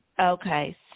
Okay